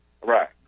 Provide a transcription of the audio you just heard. Right